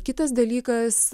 kitas dalykas